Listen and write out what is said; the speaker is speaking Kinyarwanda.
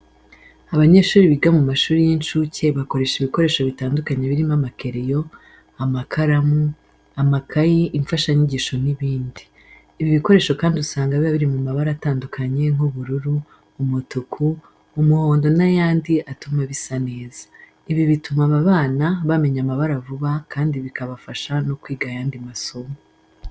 Abanyeshuri biga mu mashuri y'incuke bakoresha ibikoresho bitandukanye birimo amakereyo, amakaramu, amakayi, imfashanyigisho n'ibindi. Ibi bikoresho kandi usanga biba biri mu mabara atandukanye nk'ubururu, umutuku, umuhondo n'ayandi atumu bisa neza. Ibi bituma aba bana bamenya amabara vuba kandi bikabafasha no kwiga ayandi masomo.